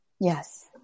Yes